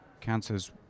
cancers